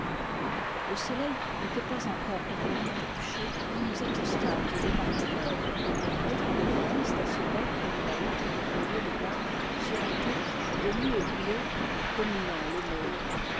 le soleil n'était pas encore complètement couché quand nous accostâmes au débarcadère un groupe de femmes stationnait près de la hutte du douanier de garde sur un tertre à demi éboulé dominant le môle